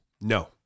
No